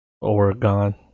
Oregon